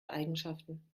eigenschaften